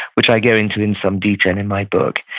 which i go into in some detail and in my book,